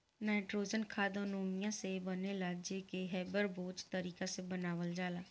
nitrogen खाद ammonia से बनेला जे के हैबर बोच तारिका से बनावल जाला